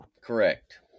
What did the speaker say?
Correct